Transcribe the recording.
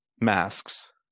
masks